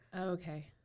Okay